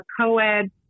co-ed